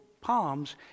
palms